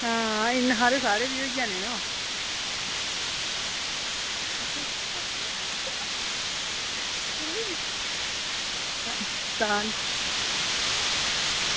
आं इन्ने हारे साढ़े बी होई जाने न